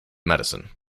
medicine